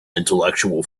intellectual